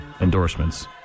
Endorsements